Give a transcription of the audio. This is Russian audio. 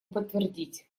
подтвердить